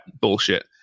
bullshit